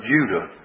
Judah